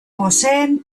poseen